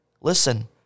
Listen